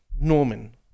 Norman